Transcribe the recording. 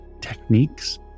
techniques